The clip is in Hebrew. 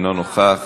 אינו נוכח,